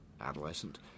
adolescent